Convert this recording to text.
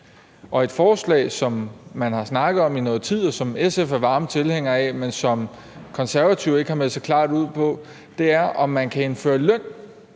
Et forslag, som man har snakket om i nogen tid, og som vi i SF er varme tilhængere af, men som Konservative ikke har meldt så klart ud om, er, om man kan indføre løn